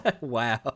Wow